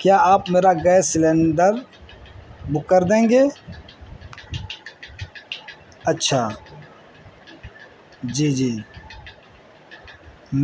کیا آپ میرا گیس سلینڈر بک کر دیں گے اچھا جی جی